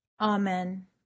Amen